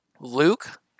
Luke